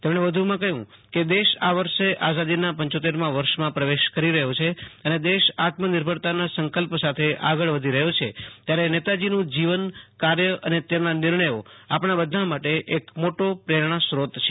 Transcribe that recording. તેમણે વધુમાં કહ્યું કે દેશ આ વર્ષે આઝાદીના ઉપમા વર્ષમાં પ્રવેશ કરી રહ્યો છે અને દેશ આત્મનિર્ભરતાના સંકલ્પ સાથે આગળ વધી રેહ્વીરેછે ત્યારે નેતાજીનું જીવનું કાર્ય અને તેમના નિર્ણયો આપણા બધાં માટે એક મોટો પ્રેરણાસ્રોત છે